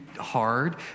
hard